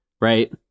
Right